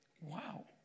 Wow